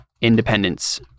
independence